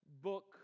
book